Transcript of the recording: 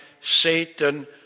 Satan